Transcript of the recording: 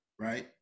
Right